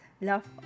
Love